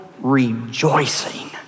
rejoicing